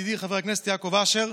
ידידי חבר הכנסת יעקב אשר,